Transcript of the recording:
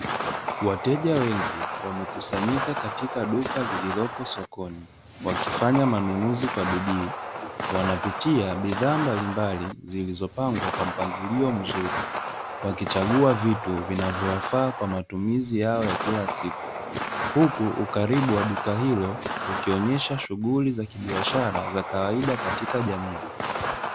Wateja wengi wamekusanyika katika duka lililoko sokoni, wakifanya manunuzi kwa bidii, wanapitia bidhaa mbalimbali zilizopangwa kwa mpangilio mzuri, wakichagua vitu vinavowafaa kwa matumizi yao ya kila siku, huku ukaribu wa duka hilo ukionyesha shughuli za kibiashara za kawaida katika jamii.